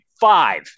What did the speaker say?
Five